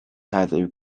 heddiw